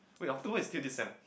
wait afterwards is still this sem